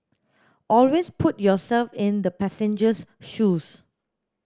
always put yourself in the passenger's shoes